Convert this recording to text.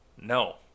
no